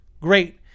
great